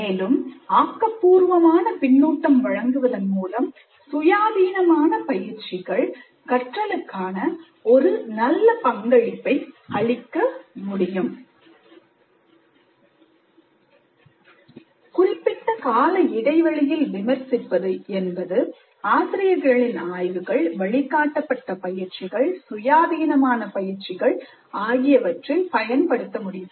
மேலும் ஆக்கப்பூர்வமான பின்னூட்டம் வழங்குவதன் மூலம் சுயாதீனமான பயிற்சிகள் கற்றலுக்கான ஒரு நல்ல பங்களிப்பை அளிக்க முடியும் குறிப்பிட்ட கால இடைவெளியில் விமர்சிப்பது என்பது ஆசிரியர்களின் ஆய்வுகள்வழிகாட்டப்பட்ட பயிற்சிகள் சுயாதீனமான பயிற்சிகள் ஆகியவற்றில் பயன்படுத்த முடியும்